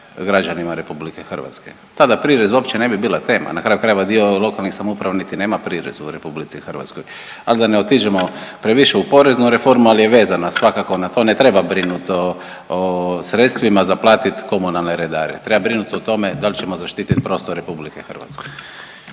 građanima RH, tada prirez uopće ne bi bila tema. Na kraju krajeva dio lokalnih samouprava niti nema prirez u RH. Ali da ne otiđemo previše u poreznu reformu, ali je vezana svakako na to ne treba brinut o sredstvima za platit komunalne redare, treba brinut o tome da li ćemo zaštiti prostor RH.